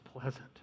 pleasant